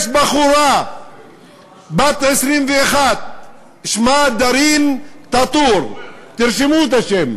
יש בחורה בת 21, שמה דארין טאטור, תרשמו את השם: